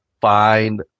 find